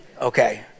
okay